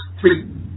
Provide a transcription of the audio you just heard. three